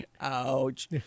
Ouch